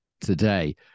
today